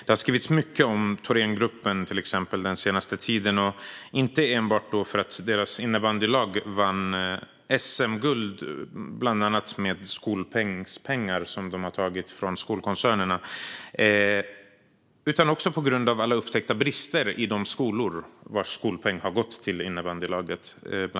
Det har skrivits mycket om Thorengruppen den senaste tiden, inte enbart för att deras innebandylag vann SM-guld, bland annat med skolpengspengar som tagits från skolkoncernen, utan också på grund av alla upptäckta brister i de skolor vars skolpeng gått bland annat till innebandylaget.